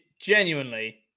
genuinely